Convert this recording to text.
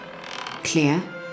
Clear